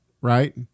Right